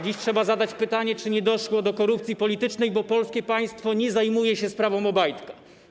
Dziś trzeba zadać pytanie, czy nie doszło do korupcji politycznej, bo polskie państwo nie zajmuje się sprawą Obajtka.